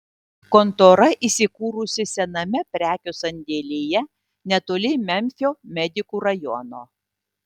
kontora įsikūrusi sename prekių sandėlyje netoli memfio medikų rajono